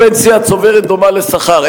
הפנסיה הצוברת דומה לשכר,